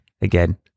Again